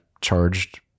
charged